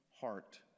heart